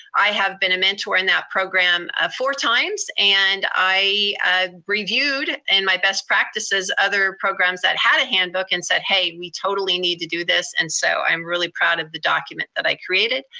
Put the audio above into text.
i have been a mentor in that program ah four times, and i ah reviewed in and my best practices other programs that had a handbook, and said, hey, we totally need to do this. and so i'm really proud of the document that i created.